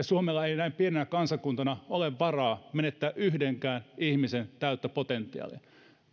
suomella ei näin pienenä kansakuntana ole varaa menettää yhdenkään ihmisen täyttä potentiaalia